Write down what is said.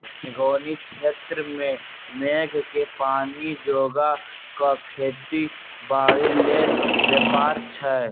मेघोउनी क्षेत्र में मेघके पानी जोगा कऽ खेती बाड़ी लेल व्यव्हार छै